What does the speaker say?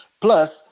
plus